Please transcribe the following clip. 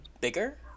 bigger